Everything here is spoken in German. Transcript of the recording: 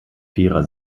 vierer